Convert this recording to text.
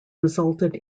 resulted